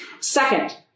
Second